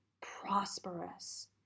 prosperous